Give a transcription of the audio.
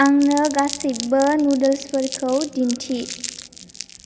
आंनो गासैबो नुडोल्सफोरखौ दिन्थि